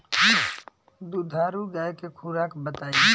दुधारू गाय के खुराक बताई?